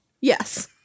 Yes